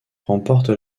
remporte